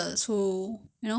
okay